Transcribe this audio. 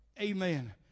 Amen